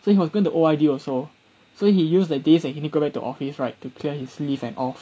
so he was going to O_R_D also so he used the days he need to go back to the office right to clear his leave at all